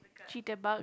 cheat about